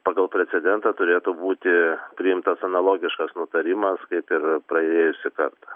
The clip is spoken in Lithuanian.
pagal precedentą turėtų būti priimtas analogiškas nutarimas kaip ir praėjusį kartą